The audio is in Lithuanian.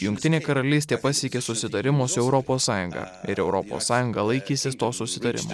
jungtinė karalystė pasiekė susitarimo su europos sąjunga ir europos sąjunga laikysis to susitarimo